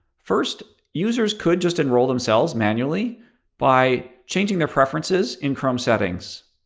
first, users could just enroll themselves manually by changing their preferences in chrome settings.